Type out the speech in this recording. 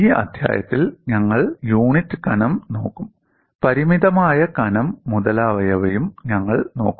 ഈ അധ്യായത്തിൽ ഞങ്ങൾ യൂണിറ്റ് കനം നോക്കും പരിമിതമായ കനം മുതലായവയും ഞങ്ങൾ നോക്കും